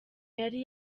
yari